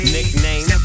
Nickname